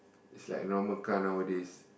is like a normal car nowadays